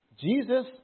Jesus